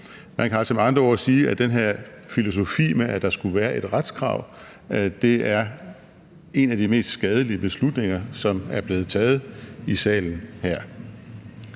Man kan altså med andre ord sige, at den her filosofi med, at der skulle være et retskrav, er en af de mest skadelige beslutninger, som er blevet taget i salen her.